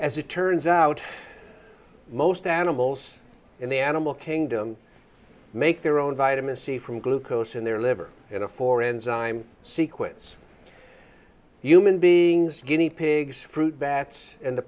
as it turns out most animals in the animal kingdom make their own vitamin c from glucose in their liver in a four enzyme sequence human beings guinea pigs fruit bats in the